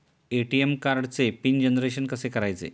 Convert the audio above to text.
ATM कार्डचे PIN generation कसे करायचे?